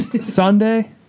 Sunday